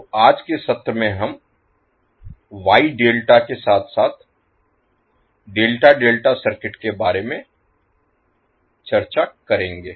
तो आज के सत्र में हम Y ∆ के साथ साथ ∆∆ सर्किट के बारे में चर्चा करेंगे